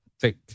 thick